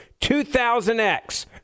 2000X